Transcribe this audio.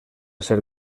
ser